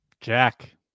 Jack